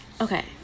Okay